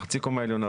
חצי קומה עליונה,